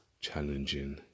challenging